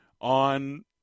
on